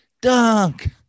dunk